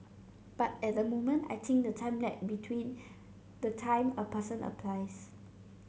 but at the moment I think the time lag between the time a person applies